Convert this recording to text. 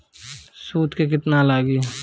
सूद केतना लागी?